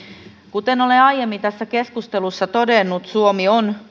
kuten olen aiemmin tässä keskustelussa todennut suomi on